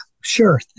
sure